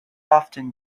often